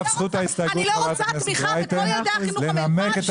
אני לא רוצה תמיכה לכל ילדי החינוך המיוחד?